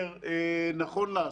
את כל 27 הטבלאות.